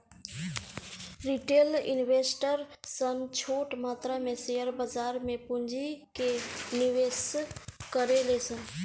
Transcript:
retail investor सन छोट मात्रा में शेयर बाजार में पूंजी के निवेश करेले सन